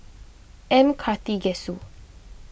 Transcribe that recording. M Karthigesu